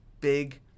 big